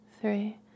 three